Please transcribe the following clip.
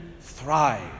thrive